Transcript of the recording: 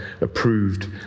approved